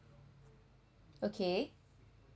okay